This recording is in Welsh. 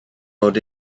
mod